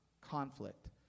conflict